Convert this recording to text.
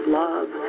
love